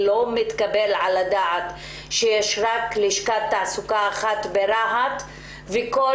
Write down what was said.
לא מתקבל על הדעת שיש רק לשכת תעסוקה אחת ברהט ותושבי כל